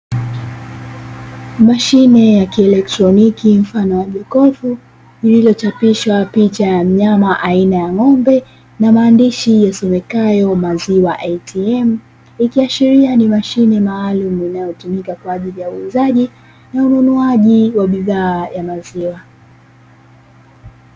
Mashine ya kielektroniki mfano wa jokofu, lililochapishwa picha ya mnyama aina ya ng'ombe, na maandishi yasomekayo "maziwa ATM" ikiashiria ni mashine maalumu inayotumika kwa ajili ya uuzaji na ununuaji wa bidhaa ya maziwa.